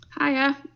hiya